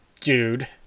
dude